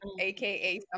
aka